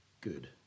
good